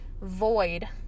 void